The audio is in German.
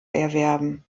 erwerben